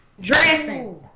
Dressing